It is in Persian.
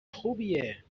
خوبیه